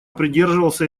придерживался